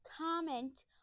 comment